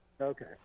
Okay